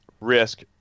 risk